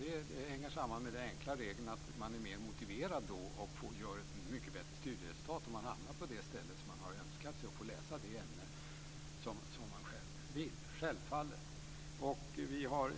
Det hänger samman med den enkla regeln att man är mer motiverad då och gör ett mycket bättre studieresultat om man hamnar på det ställe som man har önskat och får läsa det ämne som man själv vill - självfallet.